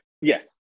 Yes